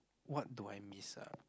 what do I miss ah